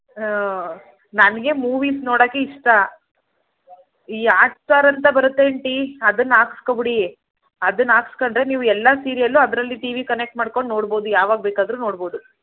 ಹ್ಞೂ ನನಗೆ ಮೂವೀಸ್ ನೋಡೋಕ್ಕೆ ಇಷ್ಟ ಈ ಆಟ್ಸ್ಟಾರ್ ಅಂತ ಬರುತ್ತೆ ಆಂಟಿ ಅದನ್ನು ಹಾಕ್ಸ್ಕೊಬುಡಿ ಅದನ್ನು ಹಾಕ್ಸ್ಕಂಡ್ರೆ ನೀವು ಎಲ್ಲ ಸೀರಿಯಲ್ಲೂ ಅದರಲ್ಲಿ ಟಿವಿ ಕನೆಕ್ಟ್ ಮಾಡ್ಕೊಂಡು ನೋಡ್ಬೌದು ಯಾವಾಗ ಬೇಕಾದರೂ ನೋಡ್ಬೌದು